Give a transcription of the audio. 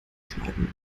schneiden